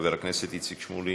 חבר הכנסת איציק שמולי.